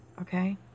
okay